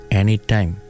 anytime